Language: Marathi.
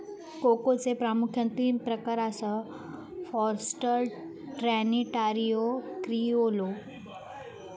कोकोचे प्रामुख्यान तीन प्रकार आसत, फॉरस्टर, ट्रिनिटारियो, क्रिओलो